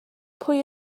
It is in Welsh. pwy